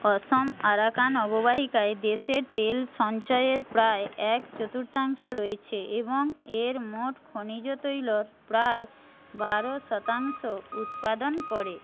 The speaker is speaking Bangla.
অসম আরাকান অববাহিকায় দেশের তেল সঞ্চয়ের প্রায় এক চতুর্থাংশ রয়েছে এবং এর মোট খনিজ তৈলর প্রায় বারো শতাংশ উৎপাদন করে